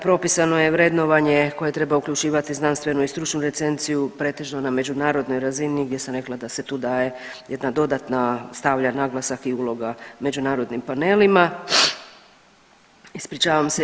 Propisano je vrednovanje koje treba uključivati znanstvenu i stručnu recenciju pretežno na međunarodnoj razini gdje sam rekla da se tu daje jedna dodatna, stavlja naglasak i uloga međunarodnim panelima, ispričavam se.